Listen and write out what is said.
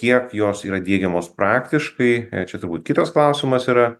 kiek jos yra diegiamos praktiškai čia turbūt kitas klausimas yra